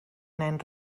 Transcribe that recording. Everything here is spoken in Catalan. nen